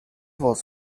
was